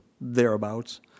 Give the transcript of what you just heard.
thereabouts